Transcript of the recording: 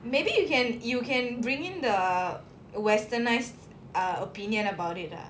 maybe you can you can bring in the westernised ah opinion about it